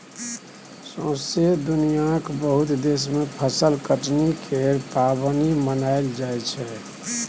सौसें दुनियाँक बहुत देश मे फसल कटनी केर पाबनि मनाएल जाइ छै